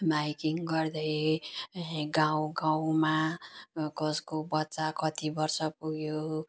miking गर्दै गाउँ गाउँमा कसको बच्चा कति वर्ष पुग्यो